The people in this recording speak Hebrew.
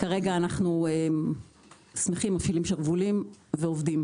כרגע, אנחנו שמחים, מפשילים שרוולים ועובדים.